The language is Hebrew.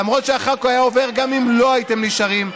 למרות שהחוק היה עובר גם אם לא הייתם נשארים.